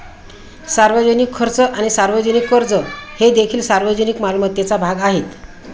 सार्वजनिक खर्च आणि सार्वजनिक कर्ज हे देखील सार्वजनिक मालमत्तेचा भाग आहेत